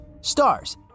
stars